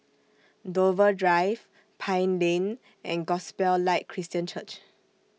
Dover Drive Pine Lane and Gospel Light Christian Church